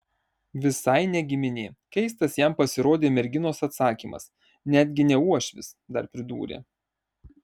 visai ne giminė keistas jam pasirodė merginos atsakymas netgi ne uošvis dar pridūrė